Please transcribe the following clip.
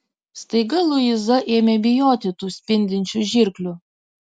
staiga luiza ėmė bijoti tų spindinčių žirklių